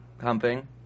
humping